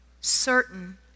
certain